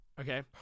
Okay